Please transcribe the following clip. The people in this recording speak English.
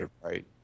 right